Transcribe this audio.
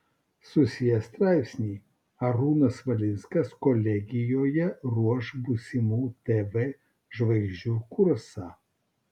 susiję straipsniai arūnas valinskas kolegijoje ruoš būsimų tv žvaigždžių kursą